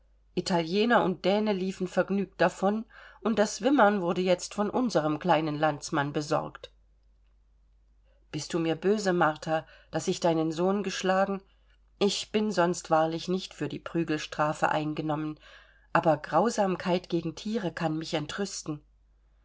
italiener und däne liefen vergnügt davon und das wimmern wurde jetzt von unserem kleinen landsmann besorgt bist du mir böse martha daß ich deinen sohn geschlagen ich bin sonst wahrlich nicht für die prügelstrafe eingenommen aber grausamkeit gegen tiere kann mich entrüsten